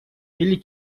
или